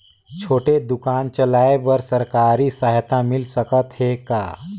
छोटे दुकान चलाय बर सरकारी सहायता मिल सकत हे का?